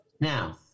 Now